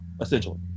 essentially